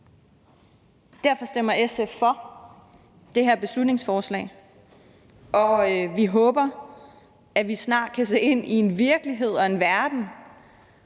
Derfor stemmer SF for det her beslutningsforslag, og vi håber, at vi snart kan se ind i en virkelighed og en verden,